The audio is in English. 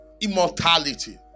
Immortality